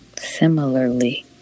Similarly